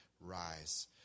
rise